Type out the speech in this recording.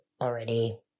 already